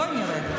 בוא נראה.